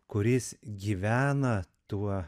kuris gyvena tuo